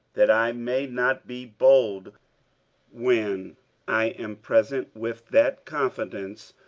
that i may not be bold when i am present with that confidence,